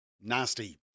Nasty